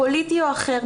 פוליטי או אחר,